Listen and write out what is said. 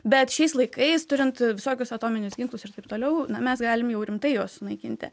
bet šiais laikais turint visokius atominius ginklus ir taip toliau na mes galim jau rimtai juos sunaikinti